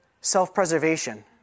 self-preservation